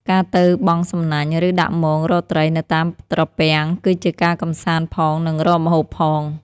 ការទៅបង់សំណាញ់ ឬដាក់មងរកត្រីនៅតាមត្រពាំង ជាការកម្សាន្តផង និងរកម្ហូបផង។